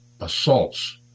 assaults